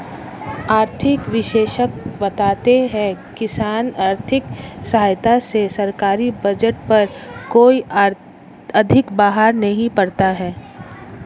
आर्थिक विशेषज्ञ बताते हैं किसान आर्थिक सहायता से सरकारी बजट पर कोई अधिक बाहर नहीं पड़ता है